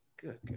Good